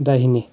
दाहिने